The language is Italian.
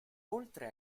oltre